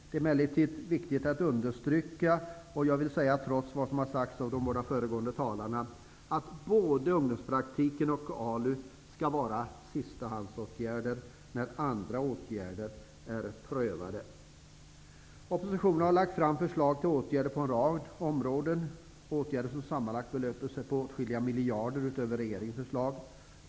Det är emellertid viktigt att understryka, trots vad som har sagts av de båda föregående talarna, att både ungdomspraktik och ALU skall vara sistahandsåtgärder, när andra åtgärder har prövats. Oppositionen har lagt fram förslag till åtgärder på en rad områden, åtgärder som sammanlagt belöper sig på åtskilliga miljarder utöver regeringens förslag.